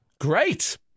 Great